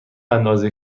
اندازه